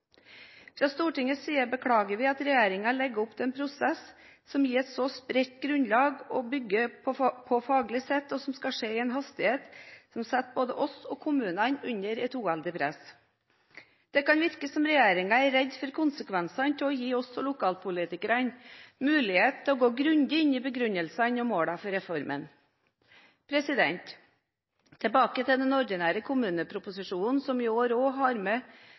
Fra Stortingets side beklager vi at regjeringen legger opp til en prosess som gir et så spredt grunnlag å bygge på faglig sett, og som skal skje i en hastighet som setter både oss og kommunene under et uheldig press. Det kan virke som regjeringen er redd for konsekvensene av å gi oss lokalpolitikere mulighet til å gå grundig inn i begrunnelsene og målene for reformen. Tilbake til den ordinære kommuneproposisjonen, som i år også har med